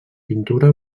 pintura